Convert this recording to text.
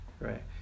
right